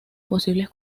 posibles